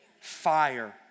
Fire